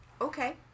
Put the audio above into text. Okay